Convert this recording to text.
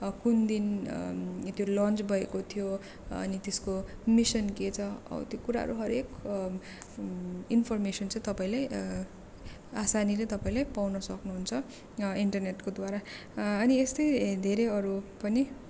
कुन दिन त्यो लन्च भएको थियो अनि त्यसको मिसन के छ हौ त्यो कुराहरू हरेक इनफर्मेसन चाहिँ तपाईँले आसानीले तपाईँले पाउनु सक्नु हुन्छ इन्टरनेटको द्वारा अनि यस्तै धेरै अरू पनि